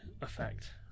effect